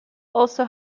also